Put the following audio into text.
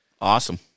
awesome